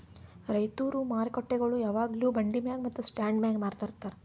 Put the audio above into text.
ರೈತುರ್ ಮಾರುಕಟ್ಟೆಗೊಳ್ ಯಾವಾಗ್ಲೂ ಬಂಡಿ ಮ್ಯಾಗ್ ಮತ್ತ ಸ್ಟಾಂಡ್ ಮ್ಯಾಗ್ ಮಾರತಾರ್